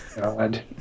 God